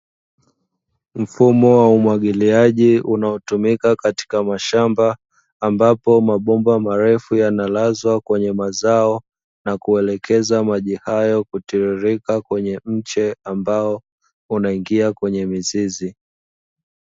Mfumo wa umwagiliaji unaotumika katika mashamba, ambapo mabomba marefu yanalazwa kwenye mazao na kuelekeza maji hayo kutiririka kwenye miche ambayo huingia kwenye mizizi.